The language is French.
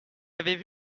avez